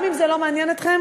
גם אם זה לא מעניין אתכם,